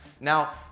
Now